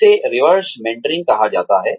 इसे reverse mentoring कहा जाता है